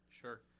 sure